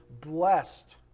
blessed